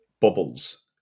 bubbles